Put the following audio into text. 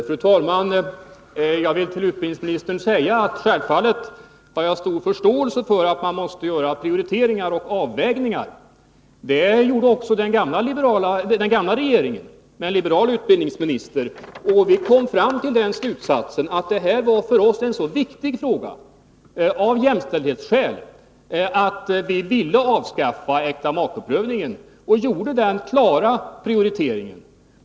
Fru talman! Jag vill till utbildningsministern säga att jag självfallet har stor förståelse för att man måste göra prioriteringar och avvägningar. Det gjorde också den gamla regeringen med en liberal utbildningsminister. Vi kom fram till den slutsatsen att det här var en för oss så viktig fråga, av jämställdhetsskäl, att vi ville avskaffa äktamakeprövningen. Vi gjorde den klara prioriteringen.